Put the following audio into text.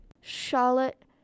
Charlotte